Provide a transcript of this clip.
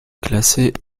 classée